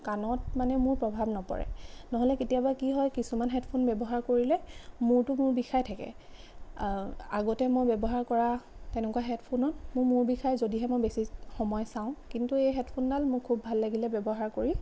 কাণত মানে মোৰ প্ৰভাৱ নপৰে নহ'লে কেতিয়াবা কি হয় কিছুমান হেডফোন ব্য়ৱহাৰ কৰিলে মূৰটো মোৰ বিষাই থাকে আগতে মই ব্য়ৱহাৰ কৰা তেনেকুৱা হেডফোনত মোৰ মূৰ বিষায় যদিহে মই বেছি সময় চাওঁ কিন্তু এই হেডফোনডাল মোৰ খুব ভাল লাগিলে ব্য়ৱহাৰ কৰি